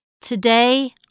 today